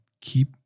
keep